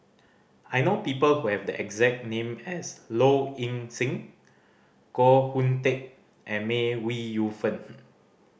I know people who have the exact name as Low Ing Sing Koh Hoon Teck and May Ooi Yu Fen